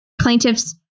plaintiffs